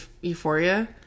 Euphoria